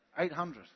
800